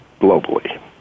globally